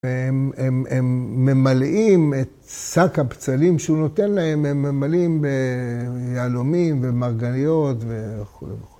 והם ממלאים את שק הבצלים שהוא נותן להם, הם ממלאים ביהלומים ומרגליות וכו' וכו'.